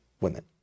women